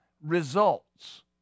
results